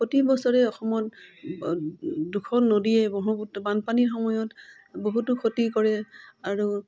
প্ৰতি বছৰে অসমত দুখন নদীয়ে ব্ৰহ্মপুত্ৰ বানপানীৰ সময়ত বহুতো ক্ষতি কৰে আৰু